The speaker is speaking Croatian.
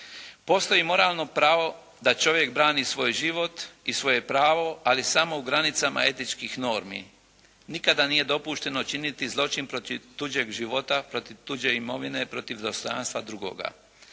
Postoji moralno pravo da čovjek brani svoj život i svoje pravo ali samo u granicama etičkih normi, nikada nije dopušteno činiti zločin protiv tuđeg života, protiv tuđe imovine, protiv dostojanstva drugoga.